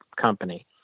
company